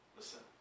Listen